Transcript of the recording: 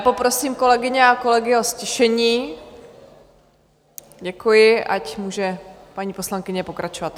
Poprosím kolegyně a kolegy o ztišení, ať může paní poslankyně pokračovat.